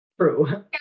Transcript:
True